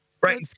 Right